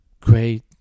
great